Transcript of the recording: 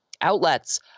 outlets